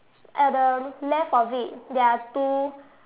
at the left of it there are two